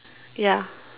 ya